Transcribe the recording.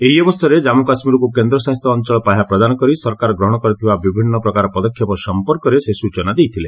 ଏହି ଅବସରରେ ଜାମ୍ମୁ କାଶ୍ମୀରକୁ କେନ୍ଦ୍ରଶାସିତ ଅଞ୍ଚଳ ପାହ୍ୟ ପ୍ରଦାନ କରି ସରକାର ଗ୍ରହଣ କରିଥିବା ବିଭିନ୍ନ ପ୍ରକାର ପଦକ୍ଷେପ ସମ୍ପର୍କରେ ସେ ସ୍ଚନା ଦେଇଥିଲେ